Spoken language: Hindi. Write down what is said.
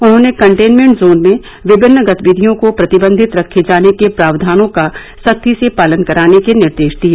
उन्होंने कन्टेनमेंट जोन में विभिन्न गतिविधियों को प्रतिबन्धित रखे जाने के प्राक्यानों का सख्ती से पालन कराने के निर्देश दिए